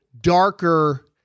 darker